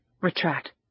retract